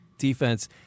Defense